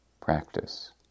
practice